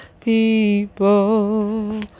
people